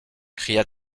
cria